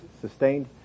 sustained